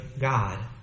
God